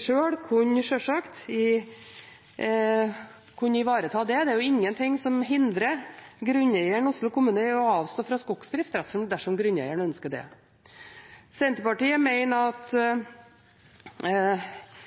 sjøl vil kunne ivareta det. Det er ingenting som hindrer grunneieren, Oslo kommune, i å avstå fra skogsdrift dersom grunneieren ønsker det. Senterpartiet mener sjølsagt at